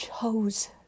chose